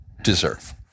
deserve